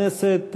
חברי הכנסת,